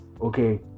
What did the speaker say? Okay